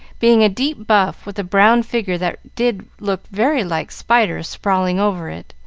being a deep buff with a brown figure that did look very like spiders sprawling over it,